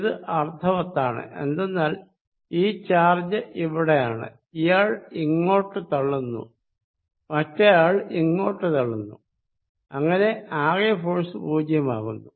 ഇത് അർത്ഥവത്താണ് എന്തെന്നാൽ ഈ ചാർജ് ഇവിടെയാണ് ഇയാൾ ഇങ്ങോട്ടു തള്ളുന്നു മറ്റെയാൾ ഇങ്ങോട്ടു തള്ളുന്നു അങ്ങനെ ആകെ ഫോഴ്സ് പൂജ്യമാകുന്നു